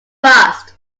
fast